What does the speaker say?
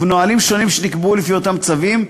ובנהלים שונים שנקבעו לפי אותם צווים,